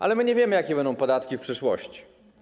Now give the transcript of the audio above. Ale my nie wiemy, jakie będą podatki w przyszłości.